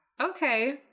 Okay